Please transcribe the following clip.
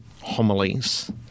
homilies